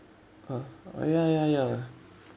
uh uh ya ya ya ya